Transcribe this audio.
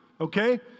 okay